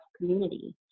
community